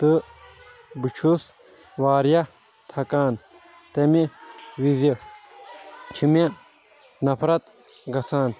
تہٕ بہٕ چھُس واریاہ تھکان تمہِ وزِ چھِ مےٚ نفرت گژھان